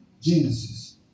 Genesis